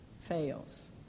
fails